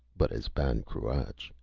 but as ban cruach!